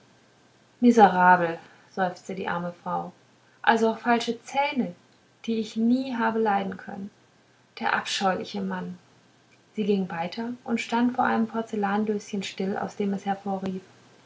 miserabel seufzte die arme frau also auch falsche zähne die ich nie habe leiden können der abscheuliche mann sie ging weiter und stand vor einem porzellandöschen still aus dem es hervorrief